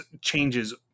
changes